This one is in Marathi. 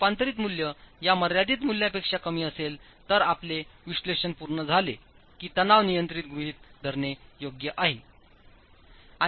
जर ते रूपांतरित मूल्य या मर्यादित मूल्यापेक्षा कमी असेल तर आपले विश्लेषण पूर्ण झाले की तणाव नियंत्रित गृहित धरणे योग्य आहे